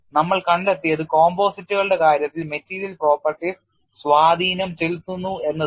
നമ്മൾ കണ്ടെത്തിയത് composite കളുടെ കാര്യത്തിൽ മെറ്റീരിയൽ properties സ്വാധീനം ചെലുത്തുന്നു എന്നതാണ്